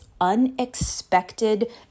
unexpected